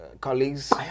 colleagues